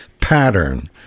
pattern